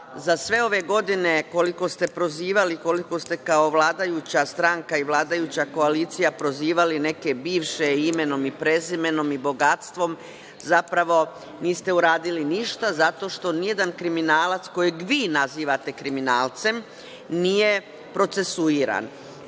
za sve ove godine, koliko ste prozivali, koliko ste kao vladajuća stranka i vladajuća koalicija prozivali neke bivše imenom i prezimenom i bogatstvom, zapravo niste uradili ništa zato što nijedan kriminalac kojeg vi nazivate kriminalcem nije procesuiran.